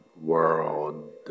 world